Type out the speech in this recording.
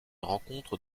rencontre